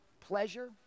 pleasure